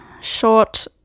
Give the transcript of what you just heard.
short